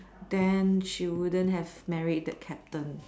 then she wouldn't have married the captain